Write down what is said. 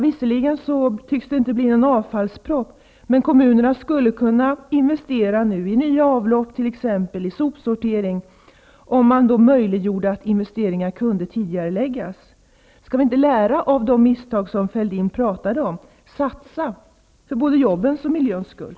Visserligen tycks det inte bli någon avfallsproposition, men kommunerna skulle kunna investera i nya avlopp, t.ex. i sopsortering, om man gjorde det möjligt att tidigarelägga investeringar. Skall vi inte lära av de misstag som Fälldin talade om och satsa för både jobbens och miljöns skull?